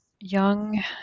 young